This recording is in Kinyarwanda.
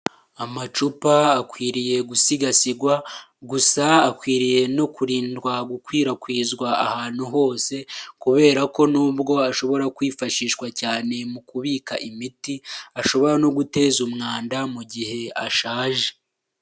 Amacupa akwiriye gusigasirwa, gusa akwiriye no kurindwa gukwirakwizwa ahantu hose, kubera ko nubwo ashobora kwifashishwa cyane mu kubika imiti, ashobora no guteza umwanda mu gihe ashaje.